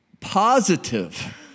positive